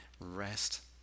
rest